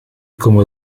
como